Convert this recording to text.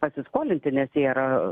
pasiskolinti nes jie yra